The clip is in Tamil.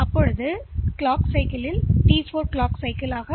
எனவே கால சைக்கிள்யில் T 4 கடிகார சைக்கிள் T 4